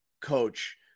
coach